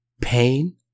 Pain